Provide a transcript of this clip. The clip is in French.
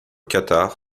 qatar